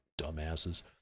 Dumbasses